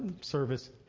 service